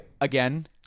again